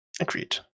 Agreed